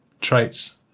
traits